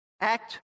act